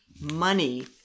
money